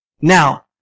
Now